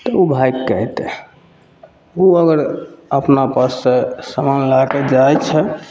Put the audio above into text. तऽ ओ भागिके अएतै ओ अगर अपना पाससे समान लैके जाइ छै